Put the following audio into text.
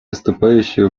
выступающий